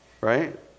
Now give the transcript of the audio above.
Right